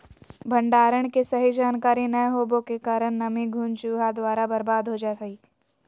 भंडारण के सही जानकारी नैय होबो के कारण नमी, घुन, चूहा द्वारा बर्बाद हो जा हइ